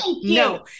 No